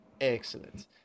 Excellent